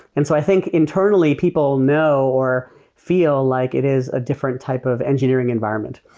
and so i think, internally, people know or feel like it is a different type of engineering environment.